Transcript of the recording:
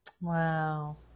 wow